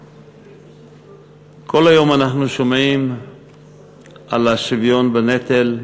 כל היום אנחנו שומעים על השוויון בנטל,